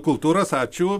kultūros ačiū